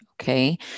okay